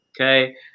Okay